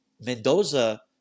Mendoza